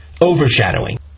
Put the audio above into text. overshadowing